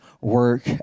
work